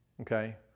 Okay